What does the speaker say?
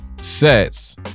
sets